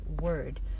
word